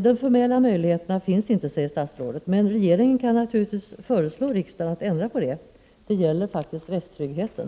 De formella möjligheterna finns inte, säger statsrådet. Men regeringen kan naturligtvis föreslå riksdagen att ändra på det. Det gäller faktiskt rättstryggheten.